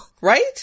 Right